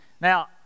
Now